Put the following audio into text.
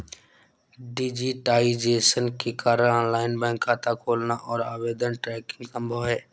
digitisation के कारण online bank खाता खोलना और आवेदन ट्रैकिंग संभव हैं